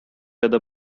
other